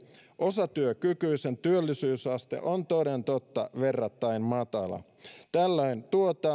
osatyökykyisen työllisyysaste on toden totta verrattain matala tällöin